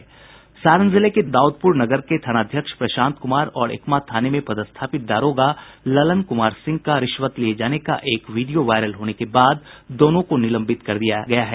सारण जिले के दाउदपुरनगर के थानाध्यक्ष प्रशांत कुमार और एकमा थाने में पदस्थापित दारोगा ललन कुमार सिंह का रिश्वत लिये जाने का एक वीडियो वायरल होने के बाद दोनों को निलंबित कर दिया गया है